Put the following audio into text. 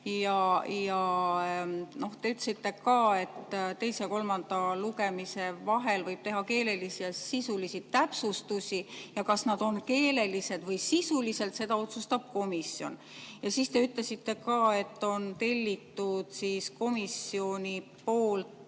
Te ütlesite ka, et teise ja kolmanda lugemise vahel võib teha keelelisi ja sisulisi täpsustusi, ja kas need on keelelised või sisulised, seda otsustab komisjon. Siis te ütlesite ka, et on tellitud komisjoni poolt